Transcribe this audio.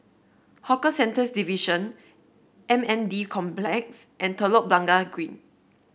Hawker Centres Division M N D Complex and Telok Blangah Green